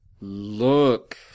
Look